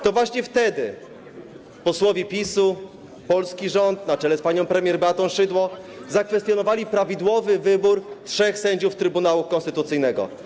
To właśnie wtedy posłowie PiS-u, polski rząd na czele z panią premier Beatą Szydło, zakwestionowali prawidłowy wybór trzech sędziów Trybunału Konstytucyjnego.